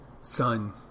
son